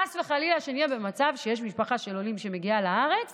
חס וחלילה שנהיה במצב שיש משפחה של עולים שמגיעה לארץ